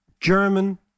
German